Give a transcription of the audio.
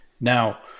Now